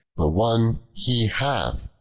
the one he hath,